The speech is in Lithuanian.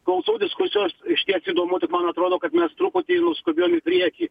klausau diskusijos išties įdomu tik man atrodo kad mes truputį nuskubėjom į priekį